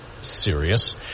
serious